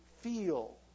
feel